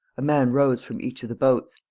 a man rose from each of the boats,